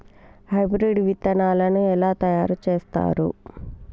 Hybrid విత్తనాలను ఎలా తయారు చేస్తారు?